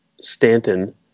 Stanton